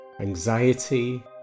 anxiety